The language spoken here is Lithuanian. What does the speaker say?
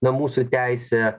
na mūsų teisė